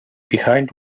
behind